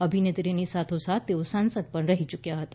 અભિનેત્રીની સાથોસાથ તેઓ સાંસદ પણ રહી ચુક્યા હતા